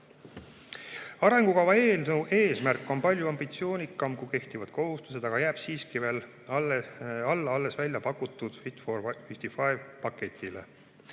Arengukava eelnõu eesmärk on palju ambitsioonikam kui kehtivad kohustused, aga jääb siiski veel alla äsja väljapakutud paketile